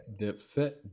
Dipset